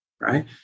right